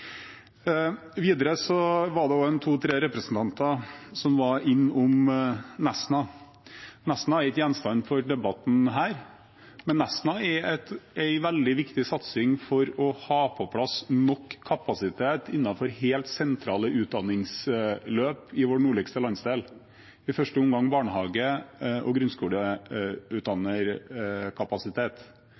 representanter som var innom Nesna. Nesna er ikke gjenstand for denne debatten, men Nesna er en veldig viktig satsing for å ha på plass nok kapasitet innenfor helt sentrale utdanningsløp i vår nordligste landsdel, i første omgang kapasitet innen barnehage og